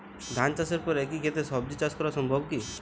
ধান চাষের পর একই ক্ষেতে সবজি চাষ করা সম্ভব কি?